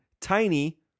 tiny